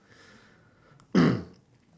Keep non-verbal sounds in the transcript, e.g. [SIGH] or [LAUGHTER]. [COUGHS]